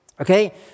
okay